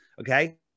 okay